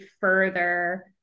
further